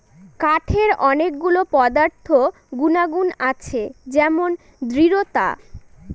কাঠের অনেক গুলো পদার্থ গুনাগুন আছে যেমন দৃঢ়তা